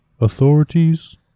Authorities